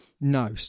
No